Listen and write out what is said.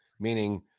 meaning